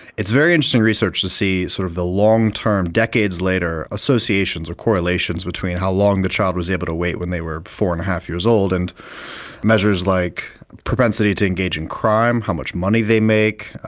it's very interesting research to see sort of the long term, decades later, associations or correlations between how long the child was able to wait when they were four and a half years old and measures like propensity to engage in crime, how much money they make,